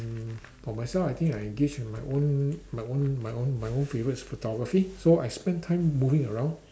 mm for myself I think I engage in my own my own my own my own favourites photography so I spend time moving around